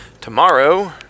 tomorrow